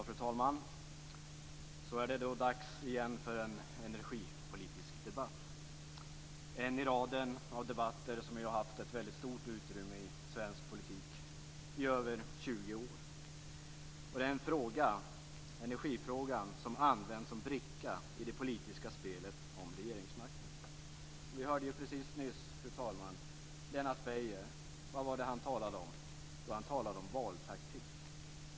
Fru talman! Så är det då dags igen för en energipolitisk debatt. Det är en i raden av dessa debatter som ju har haft ett väldigt stort utrymme i svensk politik i över 20 år. Det här är en fråga, energifrågan, som används som bricka i det politiska spelet om regeringsmakten. Vi hörde ju nyss, fru talman, Lennart Beijer. Vad var det han talade om? Jo, han talade om valtaktik.